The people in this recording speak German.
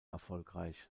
erfolgreich